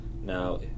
Now